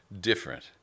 different